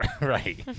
Right